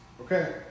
Okay